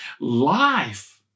life